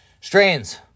strains